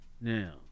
Now